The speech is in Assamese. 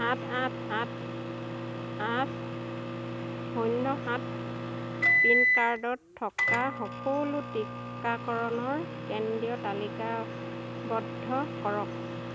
সাত আঠ সাত আঠ শূন্য সাত পিন ক'ডত থকা সকলো টিকাকৰণৰ কেন্দ্ৰীয় তালিকাৱদ্ধ কৰক